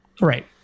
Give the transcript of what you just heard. Right